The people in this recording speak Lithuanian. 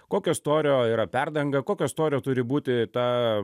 kokio storio yra perdanga kokio storio turi būti ta